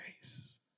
grace